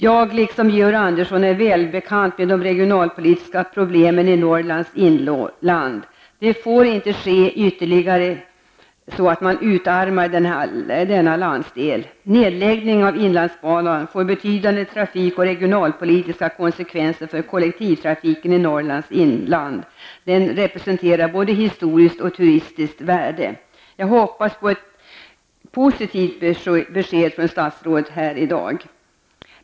Jag, liksom Georg Andersson, är välbekant med de regionalpolitiska problemen i Norrlands inland. Det får inte ske att denna landsdel utarmas ytterligare. Nedläggning av inlandsbanan får betydande trafik och regionalpolitiska konsekvenser för kollektivtrafiken i Norrlands inland. Inlandsbanan representerar både historiskt och turistiskt värde. Jag hoppas på ett positivt besked från statsrådet här i dag.